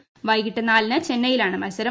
ക്ര്വൈകിട്ട് നാലിന് ചെന്നൈയിലാണ് മത്സരം